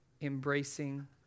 embracing